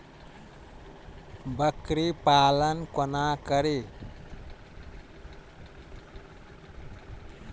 बकरी पालन कोना करि?